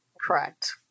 Correct